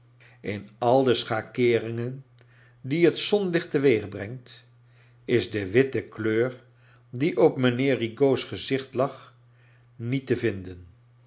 in al de schakeeringen die het zoulicht te weeg brengt is de witte kleur die op mijnheer rigaud's gezicht lag niet te vinden